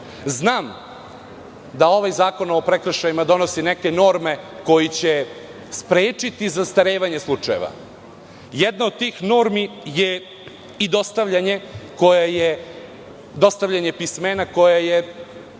da ovaj zakon o prekršajima donosi neke norme koje će sprečiti zastarevanje slučajeva. Jedna od tih normi je i dostavljanje pismene koje je